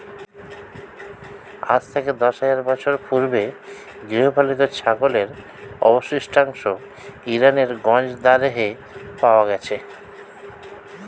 আজ থেকে দশ হাজার বছর পূর্বে গৃহপালিত ছাগলের অবশিষ্টাংশ ইরানের গঞ্জ দারেহে পাওয়া গেছে